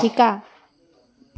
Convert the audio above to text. শিকা